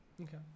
Okay